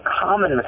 common